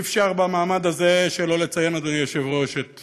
אי-אפשר במעמד הזה שלא לציין, אדוני היושב-ראש, את